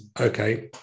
okay